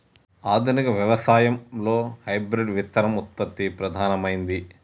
ఆధునిక వ్యవసాయం లో హైబ్రిడ్ విత్తన ఉత్పత్తి ప్రధానమైంది